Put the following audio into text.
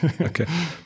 Okay